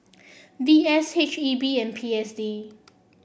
V S H E B and P S D